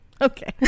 Okay